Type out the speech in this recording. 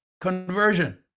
conversion